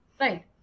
right